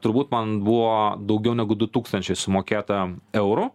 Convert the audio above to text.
turbūt man buvo daugiau negu du tūkstančiai sumokėta eurų